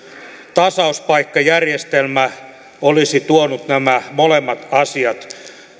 tasauspaikkajärjestelmä olisi tuonut nämä molemmat asiat